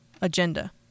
agenda